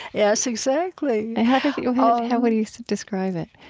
yes, exactly and how how would he describe it?